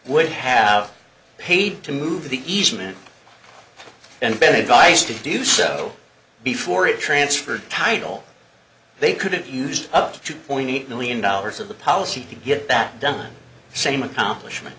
would have paid to move the easement and ben advice to do so before it transferred title they couldn't use up to two point eight million dollars of the policy to get that done same accomplishment